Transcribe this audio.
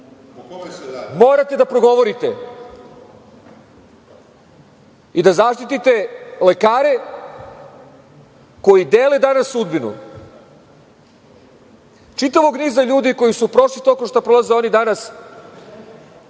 Morate da progovorite i da zaštite lekare koji dele danas sudbinu čitavog niza ljudi koji su prošli to kroz šta oni prolaze danas,